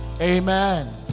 amen